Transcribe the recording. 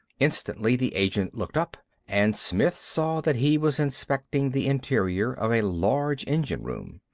instantly the agent looked up and smith saw that he was inspecting the interior of a large engine-room.